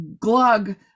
glug